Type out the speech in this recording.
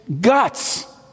guts